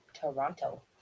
toronto